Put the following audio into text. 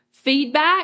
feedback